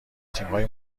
تیمهای